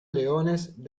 leones